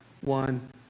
one